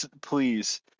please